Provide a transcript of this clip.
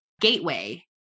gateway